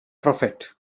prophet